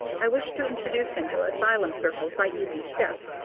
i wish to introduce him to asylum circles by easy steps,